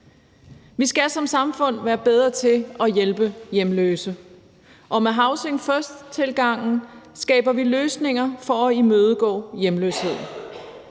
Vi skal som samfund være bedre til at hjælpe hjemløse, og med housing first-tilgangen skaber vi løsninger til at imødegå hjemløshed.